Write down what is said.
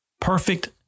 Perfect